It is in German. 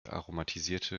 aromatisierte